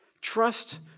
Trust